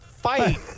Fight